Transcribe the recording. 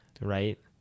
right